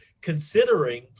considering